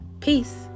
Peace